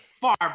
Far